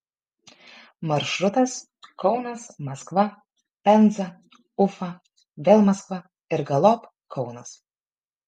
maršrutas kaunas maskva penza ufa vėl maskva ir galop kaunas